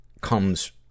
comes